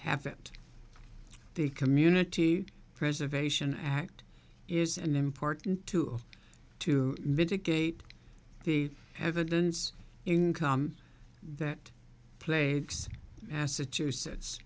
it the community preservation act is an important too to mitigate the evidence income that plagues massachusetts